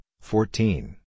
fourteen